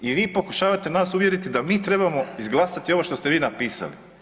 I vi pokušavate nas uvjeriti da mi trebamo izglasati ovo što ste vi napisali.